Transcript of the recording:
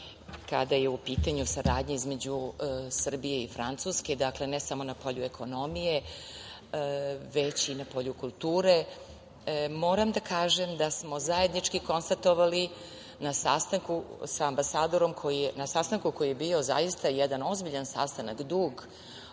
kada je u pitanju saradnja između Srbije i Francuske. Dakle, ne samo polju ekonomije, već i na polju kulture. Moram da kažem da smo zajednički konstatovali na sastanku, koji je bio zaista jedan ozbiljan sastanak, dug,